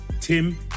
Tim